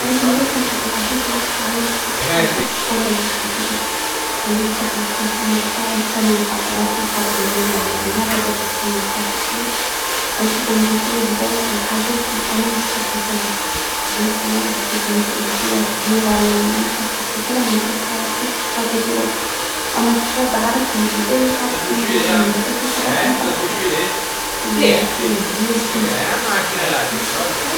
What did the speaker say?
عيد ميلادي نحب نعديه في وسط عيلتي. ما نحبش بهرج كبير. اه نحب نكون فما عشاه مش انا محضراته محضرينه لي انا كم نهار نكون مرتاحة فيه. نحبهم يجيبو لي هدايا الحاجات اللي انا مستحقة لها. بالنسبة لي انا هدية كبيرة يعني مش مستحقة لها معناتها انت ليش تترد في روحك. اما الكتاب ده عرفني بالباهي تعرف شنو لازمني. هذاك يفرحني اكثر. يعني هكايا ديسيبل.